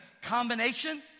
combination